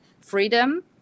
freedom